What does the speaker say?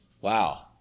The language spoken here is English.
Wow